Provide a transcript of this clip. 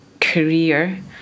career